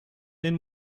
den